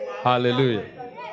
Hallelujah